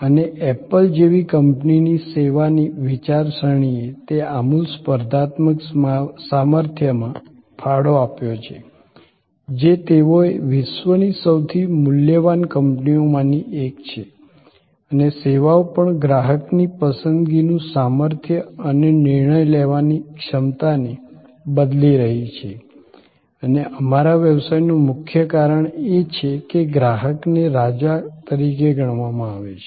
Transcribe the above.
અને એપલ જેવી કંપનીની સેવાની વિચારસરણીએ તે આમૂલ સ્પર્ધાત્મક સામર્થ્યમાં ફાળો આપ્યો છે જે તેઓએ વિશ્વની સૌથી મૂલ્યવાન કંપનીઓમાંની એક છે અને સેવાઓ પણ ગ્રાહકની પસંદગીનું સામર્થ્ય અને નિર્ણય લેવાની ક્ષમતાને બદલી રહી છે અને અમારા વ્યવસાયનું મુખ્ય કારણ એ છે કે ગ્રાહકને રાજા તરીકે ગણવામાં આવે છે